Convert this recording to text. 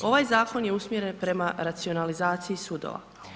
Ovaj zakon je usmjeren prema racionalizaciji sudova.